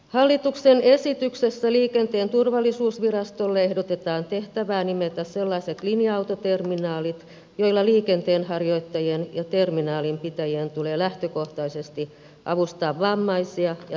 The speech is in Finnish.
hallituksen esityksessä liikenteen turvallisuusvirastolle ehdotetaan tehtävää nimetä sellaiset linja autoterminaalit joilla liikenteenharjoittajien ja terminaalin pitäjien tulee lähtökohtaisesti avustaa vammaisia ja liikuntarajoitteisia